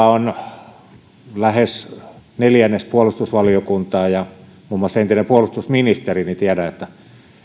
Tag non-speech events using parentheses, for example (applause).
(unintelligible) on paikalla lähes neljännes puolustusvaliokuntaa ja muun muassa entinen puolustusministeri niin tiedän että